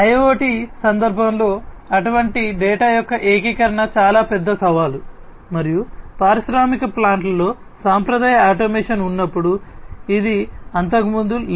IIoT సందర్భంలో అటువంటి data యొక్క ఏకీకరణ చాలా పెద్ద సవాలు మరియు పారిశ్రామిక ప్లాంట్లలో సాంప్రదాయ ఆటోమేషన్ ఉన్నప్పుడు ఇది అంతకుముందు లేదు